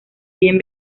bien